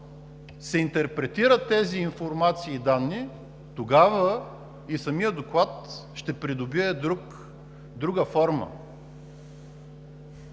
се интерпретират тези информации и данни, тогава и самият доклад ще придобие друга форма,